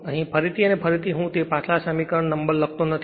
અહીં ફરીથી અને ફરીથી હું તે પાછલા સમીકરણ નંબર લખતો નથી